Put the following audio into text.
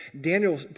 Daniel